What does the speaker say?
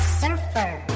surfer